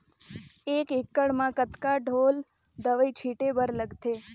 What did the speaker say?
एक एकड़ म कतका ढोल दवई छीचे बर लगथे?